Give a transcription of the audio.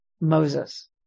Moses